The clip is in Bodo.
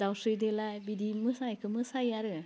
दावस्रि देलाइ बिदि मोसानायखौ मोसायो आरो